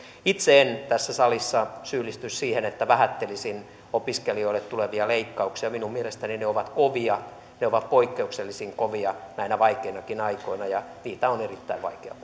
itse en tässä salissa syyllisty siihen että vähättelisin opiskelijoille tulevia leikkauksia minun mielestäni ne ovat kovia ne ovat poikkeuksellisen kovia näinä vaikeinakin aikoina ja niitä on erittäin vaikea